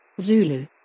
Zulu